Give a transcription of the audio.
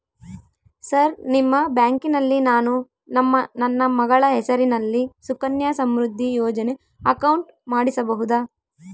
Sir ನಿಮ್ಮ ಬ್ಯಾಂಕಿನಲ್ಲಿ ನಾನು ನನ್ನ ಮಗಳ ಹೆಸರಲ್ಲಿ ಸುಕನ್ಯಾ ಸಮೃದ್ಧಿ ಯೋಜನೆ ಅಕೌಂಟ್ ಮಾಡಿಸಬಹುದಾ?